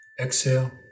Exhale